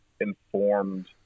informed